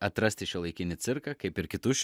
atrasti šiuolaikinį cirką kaip ir kitus